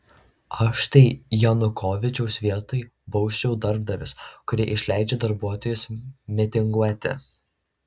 aš tai janukovyčiaus vietoj bausčiau darbdavius kurie išleidžia darbuotojus mitinguoti